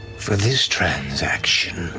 for this transaction,